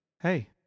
hey